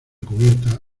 cubierta